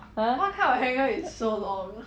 !huh!